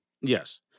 Yes